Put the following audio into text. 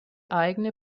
eigene